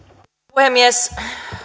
puhemies